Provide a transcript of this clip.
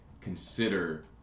consider